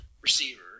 receiver